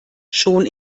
schon